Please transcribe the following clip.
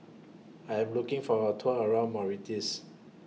I Am looking For A Tour around Mauritius